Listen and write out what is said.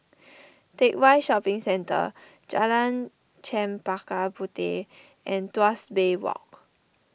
Teck Whye Shopping Centre Jalan Chempaka Puteh and Tuas Bay Walk